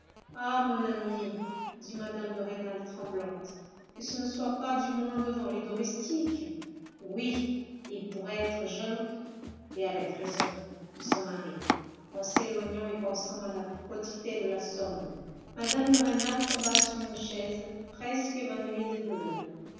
ah mon ami dit mme de rênal tremblante que ce ne soit pas du moins devant les domestiques oui ils pourraient être jaloux et avec raison dit son mari en s'éloignant et pensant à la quotité de la somme mme de rênal tomba sur une chaise presque évanouie de douleur